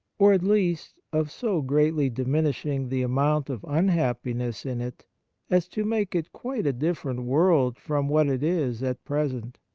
or, at least, of so greatly diminishing the amount of unhappiness in it as to make it quite a different world from what it is at present.